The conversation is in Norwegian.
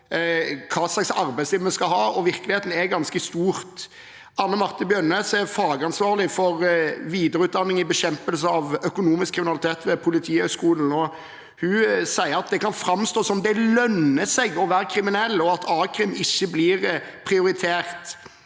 hva slags arbeidsliv vi skal ha, og virkeligheten er ganske stort. Anne Marthe Bjønness er fagansvarlig for videreutdanning i bekjempelse av økonomisk kriminalitet ved Politihøgskolen, og hun sier at det kan framstå som om det lønner seg å være kriminell, og at a-krim ikke blir prioritert: